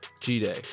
g-day